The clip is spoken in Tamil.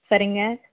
சரிங்க